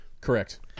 Correct